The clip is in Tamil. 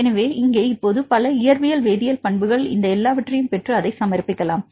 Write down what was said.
எனவே இங்கே இப்போது பல இயற்பியல் வேதியியல் பண்புகள் இந்த எல்லாவற்றையும் பெற்று அதை சமர்ப்பிக்கலாம்